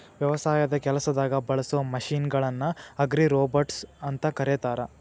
ವ್ಯವಸಾಯದ ಕೆಲಸದಾಗ ಬಳಸೋ ಮಷೇನ್ ಗಳನ್ನ ಅಗ್ರಿರೋಬೊಟ್ಸ್ ಅಂತ ಕರೇತಾರ